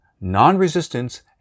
non-resistance